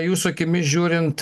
jūsų akimis žiūrint